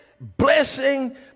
blessing